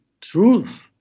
truth